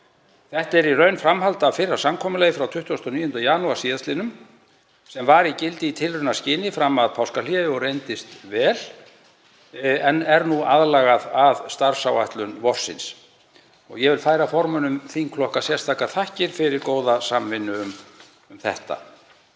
Þetta er í raun framhald af fyrra samkomulagi frá 29. janúar sl., sem var í gildi í tilraunaskyni fram að páskahléi og reyndist vel en er nú aðlagað að starfsáætlun vorsins. Ég vil færa formönnum þingflokka sérstakar þakkir fyrir góða samvinnu um þetta.